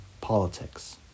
politics